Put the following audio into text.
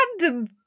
random